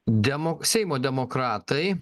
demo seimo demokratai